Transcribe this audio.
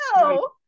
no